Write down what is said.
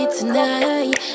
tonight